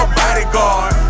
bodyguard